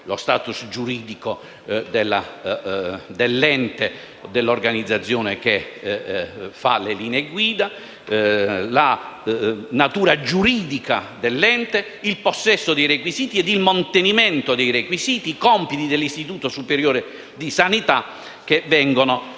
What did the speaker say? lo *status* giuridico dell'ente o dell'organizzazione che fa le linee guida; la natura giuridica dell'ente; il possesso e il mantenimento dei requisiti e i compiti dell'Istituto superiore di sanità, che ha la